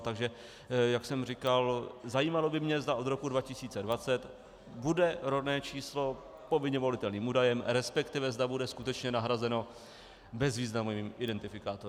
Takže jak jsem říkal, zajímalo by mě, zda od roku 2020 bude rodné číslo povinně volitelným údajem, resp. zda bude skutečně nahrazeno bezvýznamovým identifikátorem.